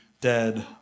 dead